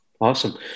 Awesome